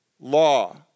law